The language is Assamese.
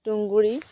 তুঁহগুৰি